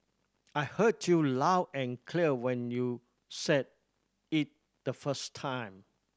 I heard you loud and clear when you said it the first time